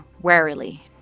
warily